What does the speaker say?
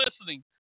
listening